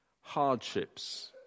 hardships